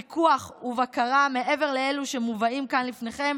פיקוח ובקרה מעבר לאלו שמובאים כאן לפניכם,